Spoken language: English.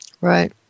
Right